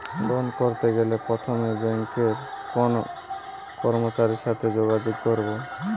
Loan করতে গেলে প্রথমে ব্যাঙ্কের কোন কর্মচারীর সাথে যোগাযোগ করব?